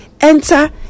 enter